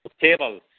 tables